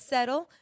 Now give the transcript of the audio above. Settle